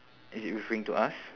is it referring to us